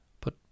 But